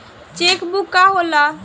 Check book का होला?